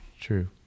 true